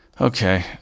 Okay